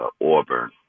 Auburn